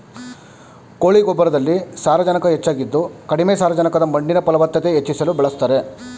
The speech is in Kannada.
ಕೋಳಿ ಗೊಬ್ಬರದಲ್ಲಿ ಸಾರಜನಕ ಹೆಚ್ಚಾಗಿದ್ದು ಕಡಿಮೆ ಸಾರಜನಕದ ಮಣ್ಣಿನ ಫಲವತ್ತತೆ ಹೆಚ್ಚಿಸಲು ಬಳಸ್ತಾರೆ